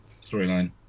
Storyline